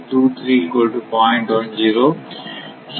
10 என்போம்